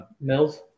Mills